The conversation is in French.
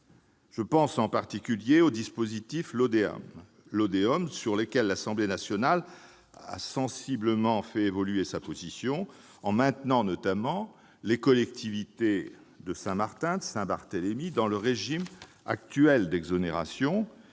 Je pense en particulier au « dispositif LODEOM », sur lequel l'Assemblée nationale a sensiblement fait évoluer sa position en maintenant les collectivités de Saint-Martin et Saint-Barthélemy dans le régime actuel d'exonération,